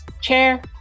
chair